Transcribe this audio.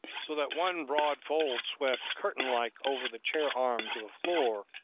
so that one broad fold swept curtain-like over the chair-arm to the floor,